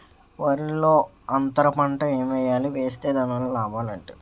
వరిలో అంతర పంట ఎం వేయాలి? వేస్తే దాని వల్ల లాభాలు ఏంటి?